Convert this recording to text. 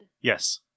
Yes